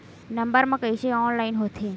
Number मा कइसे online होथे?